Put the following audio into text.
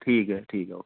ठीक ऐ ठीक ऐ